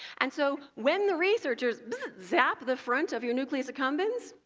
and so when the researchers zap the front of your nucleus accumbens,